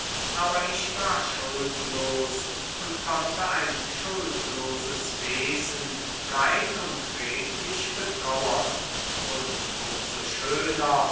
aber ich war schuldlos und konnte ein schuldloses wesen rein und redlich betrauern und um so schöner